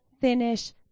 finish